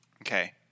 Okay